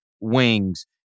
wings